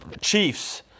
Chiefs